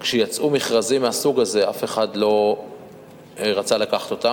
כשיצאו מכרזים מהסוג הזה אף אחד לא רצה לקחת אותם,